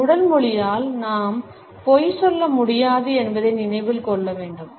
நம் உடல் மொழியால் நாம் பொய் சொல்ல முடியாது என்பதை நினைவில் கொள்ள வேண்டும்